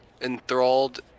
enthralled